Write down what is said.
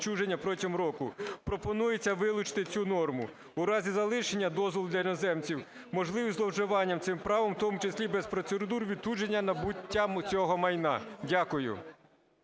Пропонується вилучити цю норму. У разі залишення дозволу для іноземців можливості зловживання цим правом, в тому числі без процедур відчуження набуття цього майна. Дякую.